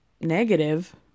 negative